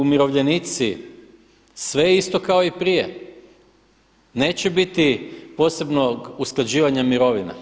Umirovljenici sve isto kao i prije, neće biti posebnog usklađivanja mirovina.